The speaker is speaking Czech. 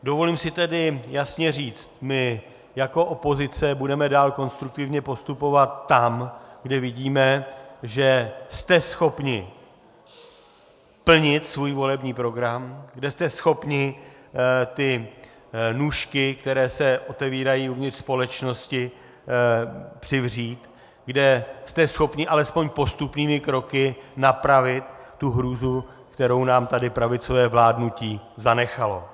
Dovolím si tedy jasně říct my jako opozice budeme dál konstruktivně postupovat tam, kde vidíme, že jste schopni plnit svůj volební program, kde jste schopni ty nůžky, které se otevírají uvnitř společnosti, přivřít, kde jste schopni alespoň postupnými kroky napravit tu hrůzu, kterou nám tady pravicové vládnutí zanechalo.